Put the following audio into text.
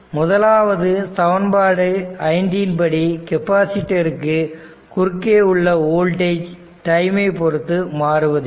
முதலாவது சமன்பாடு 5 படி கெப்பாசிட்டருக்கு குறுக்கே உள்ள வோல்டேஜ் டைமை பொறுத்து மாறுவதில்லை